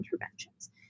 interventions